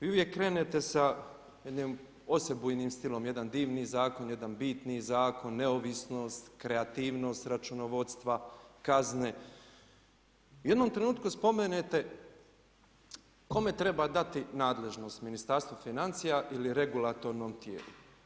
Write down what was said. Vi uvijek krenete sa jednim osebujnim stil, jedan divni zakon, jedan bitni zakon, neovisnost, kreativnost računovodstva, kazne i u jednom trenutku spomenete kome treba dati nadležnost, Ministarstvu financija ili regulatornom tijelu?